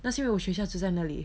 那是因为我学校就在那里